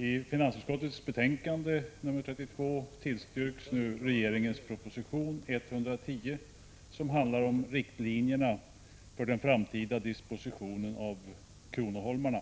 I finansutskottets betänkande nr 32 tillstyrks nu regeringens proposition 110, som handlar om riktlinjerna för den framtida dispositionen av kronoholmarna.